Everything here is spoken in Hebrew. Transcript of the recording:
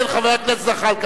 כן, חבר הכנסת זחאלקה.